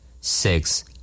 Six